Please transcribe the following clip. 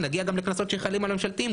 נגיע גם לקנסות שחלים על הממשלתיים,